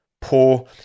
poor